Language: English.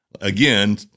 again